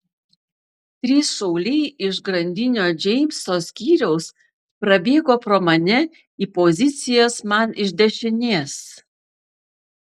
trys šauliai iš grandinio džeimso skyriaus prabėgo pro mane į pozicijas man iš dešinės